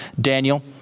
Daniel